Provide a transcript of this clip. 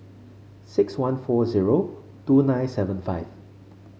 six one four zero two nine seven five